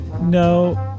no